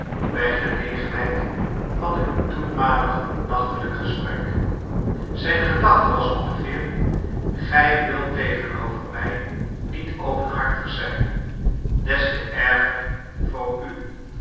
bij gelegenheid van hun toenmalig nachtelijk gesprek zijn gedachte was ongeveer gij wilt tegenover mij niet openhartig zijn des te erger voor u